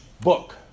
Book